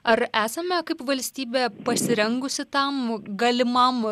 ar esame kaip valstybė pasirengusi tam galimam